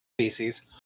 species